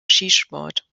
skisport